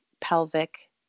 Pelvic